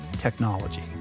technology